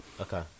Okay